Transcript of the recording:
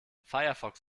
firefox